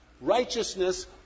Righteousness